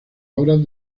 horas